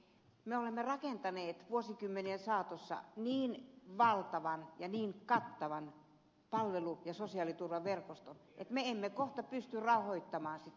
me olemme rakentaneet vuosikymmenien saatossa niin valtavan ja niin kattavan palvelu ja sosiaaliturvaverkoston että me emme kohta pysty rahoittamaan sitä